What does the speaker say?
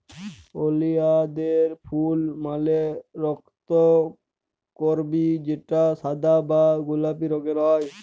ওলিয়ালদের ফুল মালে রক্তকরবী যেটা সাদা বা গোলাপি রঙের হ্যয়